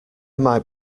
might